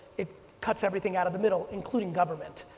it cuts everything out of the middle including government.